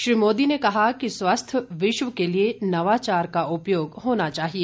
श्री मोदी ने कहा कि स्वास्थ विश्व के लिए नवाचार का उपयोग होना चाहिए